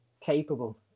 capable